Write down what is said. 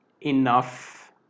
enough